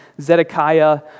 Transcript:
Zedekiah